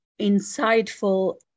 insightful